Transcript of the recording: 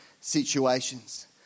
situations